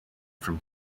from